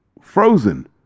frozen